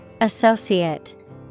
Associate